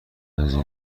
بنزین